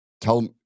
tell